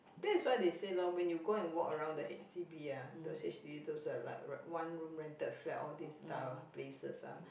that is why they say lor when you go and walk around the h_d_b ah those h_d_b those uh like one room rented flat all this type of places ah